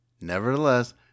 Nevertheless